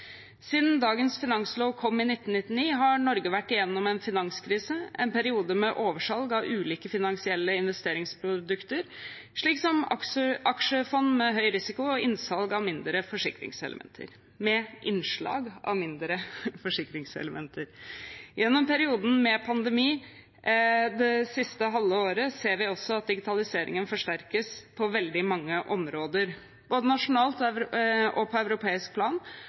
Siden dagens finanslov kom i 1999, har Norge vært gjennom en finanskrise, en periode med oversalg av ulike finansielle investeringsprodukter, slik som aksjefond med høy risiko med innslag av mindre forsikringselementer. Gjennom perioden med pandemi det siste halve året ser vi også at digitaliseringen forsterkes på veldig mange områder. Både nasjonalt og på europeisk plan